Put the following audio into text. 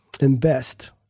invest